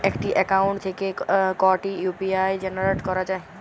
একটি অ্যাকাউন্ট থেকে কটি ইউ.পি.আই জেনারেট করা যায়?